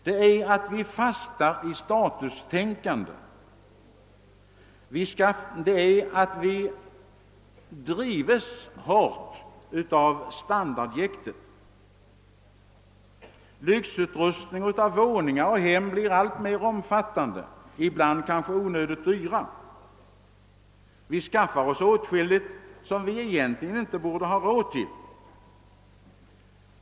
Det är att vi fastnar i statustänkande, att vi drives hårt av standardjäktet. Lyxutrustningen av våningar och hem blir alltmer omfattande och kostnaderna blir onödigt höga. Vi skaffar oss åtskilligt som vi egentligen inte har råd till.